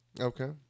Okay